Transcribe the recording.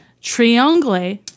triangle